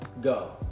go